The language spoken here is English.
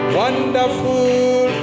wonderful